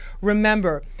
Remember